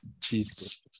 cheese